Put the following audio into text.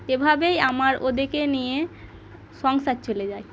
এভাবেই আমার ওদেরকে নিয়ে সংসার চলে যায়